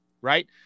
right